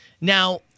Now